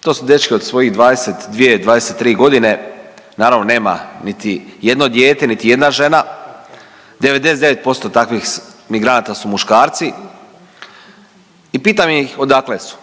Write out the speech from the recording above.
To su dečki od svojih 22, 23, godine, naravno, nema niti jedno dijete, niti jedna žena. 99% takvih migranata su muškarci i pitam ih odakle su.